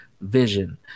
vision